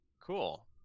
Cool